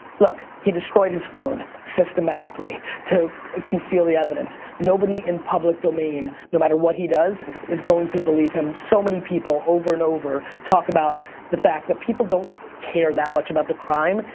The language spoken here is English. look, he destroyed his phone, systematically to conceal the evidence. nobody in public domain, no matter what he does is going to believe him. so many people over and over talk about the fact that people don't care that much about the crime,